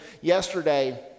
Yesterday